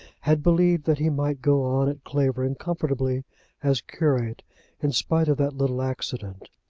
had believed that he might go on at clavering comfortably as curate in spite of that little accident.